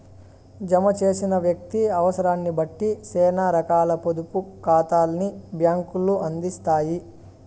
జమ చేసిన వ్యక్తి అవుసరాన్నిబట్టి సేనా రకాల పొదుపు కాతాల్ని బ్యాంకులు అందిత్తాయి